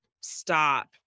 stop